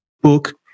book